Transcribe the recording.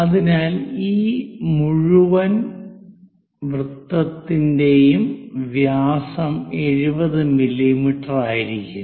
അതിനാൽ ഈ മുഴുവൻ വൃത്തത്തിന്റെയും വ്യാസം 70 മില്ലീമീറ്ററായിരിക്കും